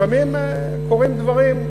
לפעמים קורים דברים,